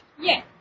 Yes